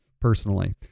personally